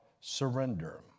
surrender